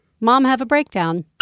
mom-have-a-breakdown